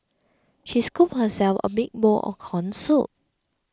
she scooped herself a big bowl of Corn Soup